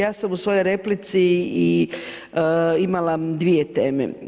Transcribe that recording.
Ja sam u svojoj replici i imala dvije teme.